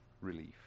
relief